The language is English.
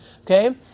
Okay